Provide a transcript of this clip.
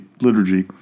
Liturgy